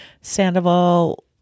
Sandoval